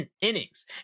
innings